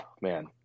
man